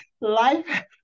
life